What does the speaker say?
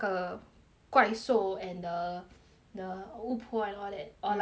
怪兽 and the the 巫婆 and all that or mm like the